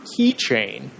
keychain